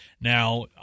Now